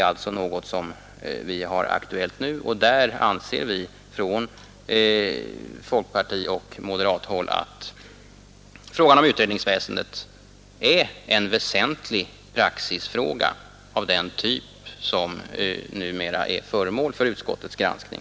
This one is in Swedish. Därvid anser vi från folkpartioch moderathåll att frågan om utredningsväsendet är en väsentlig praxisfråga av den typ som numera är föremål för utskottets granskning.